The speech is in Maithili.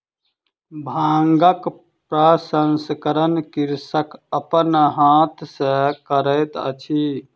भांगक प्रसंस्करण कृषक अपन हाथ सॅ करैत अछि